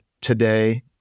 today